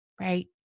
right